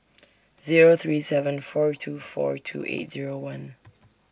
Zero three seven four two four two eight Zero one